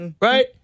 right